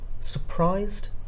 surprised